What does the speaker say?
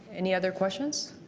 any other questions?